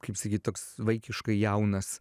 kaip sakyt toks vaikiškai jaunas